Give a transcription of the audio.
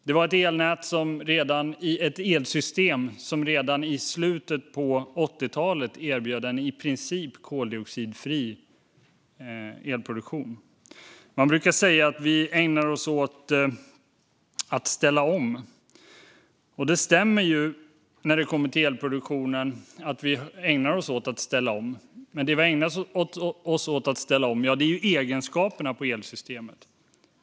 Det var ett elsystem som redan i slutet av 80-talet erbjöd en i princip koldioxidfri elproduktion. Man brukar säga att vi ägnar oss åt att ställa om. När det kommer till elproduktionen stämmer det att vi ägnar oss åt att ställa om. Men det vi ägnar oss åt att ställa om är egenskaperna i elsystemet.